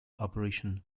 operation